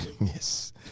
Yes